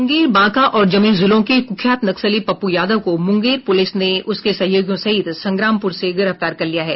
मुंगेर बांका और जमुई जिलों के कुख्यात नक्सली पप्पू यादव को मुंगेर पुलिस ने उसके सहयोगियों सहित संग्रामपुर से गिरफ्तार कर लिया है